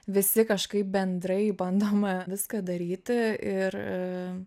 visi kažkaip bendrai bandom viską daryti ir